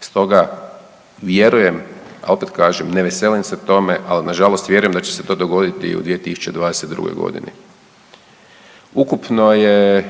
stoga vjerujem, a opet kažem ne veselim se tome, ali nažalost vjerujem da će se to dogoditi i u 2022. godini. Ukupno je